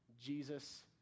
Jesus